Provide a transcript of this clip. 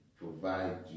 provide